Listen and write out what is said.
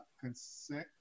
consent